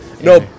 No